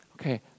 okay